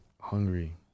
hungry